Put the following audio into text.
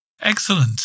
Excellent